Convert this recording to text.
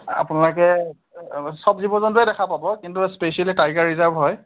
আপোনালোকে চব জীৱ জন্তুৱে দেখা পাব কিন্তু স্পেচিয়েলি টাইগাৰ ৰিজাৰ্ভ হয়